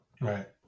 Right